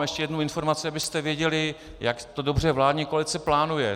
Ještě jednu informaci, abyste věděli, jak to dobře vládní koalice plánuje.